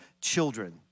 children